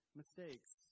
mistakes